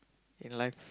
in life